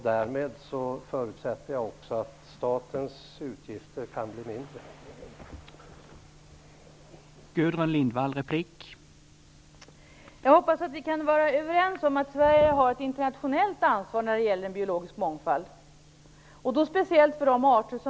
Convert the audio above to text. Därmed kan statens utgifter bli mindre, förutsätter jag.